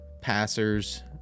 passers